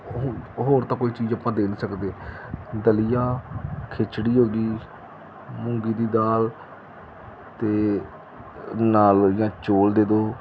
ਹੁਣ ਹੋਰ ਤਾਂ ਕੋਈ ਚੀਜ਼ ਆਪਾਂ ਦੇ ਨਹੀਂ ਸਕਦੇ ਦਲੀਆ ਖਿਚੜੀ ਹੋ ਗਈ ਮੂੰਗੀ ਦੀ ਦਾਲ ਅਤੇ ਨਾਲ ਜਾਂ ਚੌਲ ਦੇ ਦਿਓ